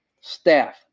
staff